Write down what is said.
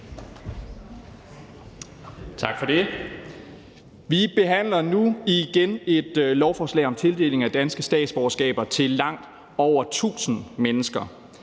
Vi behandler nu igen et lovforslag om tildeling af danske statsborgerskaber til langt over tusind mennesker,